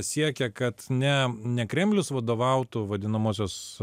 siekė kad ne ne kremlius vadovautų vadinamosios